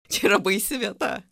čia yra baisi vieta